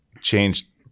changed